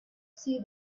see